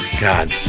God